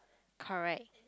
correct